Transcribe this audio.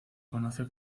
conoce